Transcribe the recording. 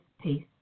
peace